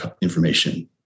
information